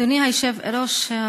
אדוני היושב-ראש,